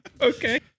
Okay